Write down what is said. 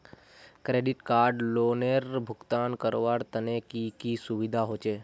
Credit card लोनेर भुगतान करवार तने की की सुविधा होचे??